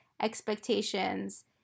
expectations